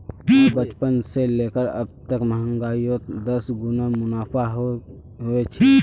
मोर बचपन से लेकर अब तक महंगाईयोत दस गुना मुनाफा होए छे